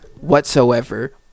whatsoever